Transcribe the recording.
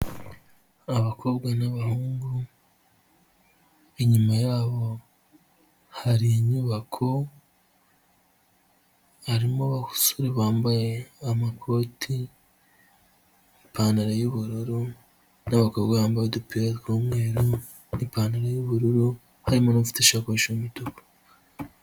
Abakobwa n'abahungu inyuma yabo hari inyubako, harimo abasore bambaye amakoti, ipantaro y'ubururu, n'abakobwa bambaye udupira tw'umweru, n'ipantaro y'ubururu harimo n'ufite ishakoshi y'umutuku.